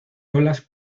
olas